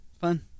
fun